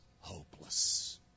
hopeless